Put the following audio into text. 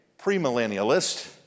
premillennialist